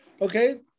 okay